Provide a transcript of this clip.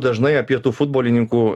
dažnai apie tų futbolininkų